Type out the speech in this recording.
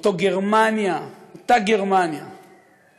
אותה גרמניה השחורה